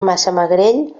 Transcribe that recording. massamagrell